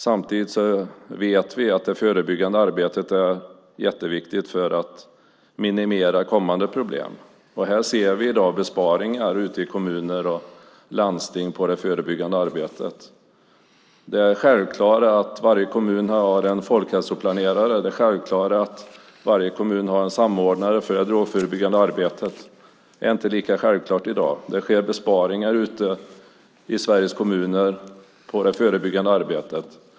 Därtill vet vi att det förebyggande arbetet är jätteviktigt för att minimera kommande problem. I dag ser vi besparingar ute i kommuner och landsting på det förebyggande arbetet. Det har varit självklart att varje kommun har haft en folkhälsoplanerare och att varje kommun har haft en samordnare för det drogförebyggande arbetet. Det är inte lika självklart i dag. Det sker besparingar ute i Sveriges kommuner på det förebyggande arbetet.